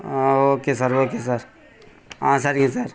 ஆ okay sir okay sir ஆ சரிங்க sir